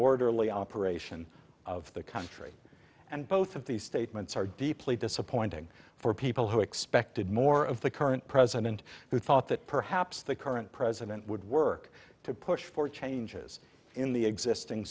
orderly operation of the country and both of these statements are deeply disappointing for people who expected more of the current president who thought that perhaps the current president would work to push for changes in the existing